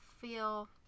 feel